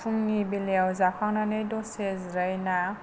फुंनि बेलायाव जाखांनानै दसे जिरायना